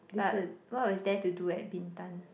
but what was there to do at Bintan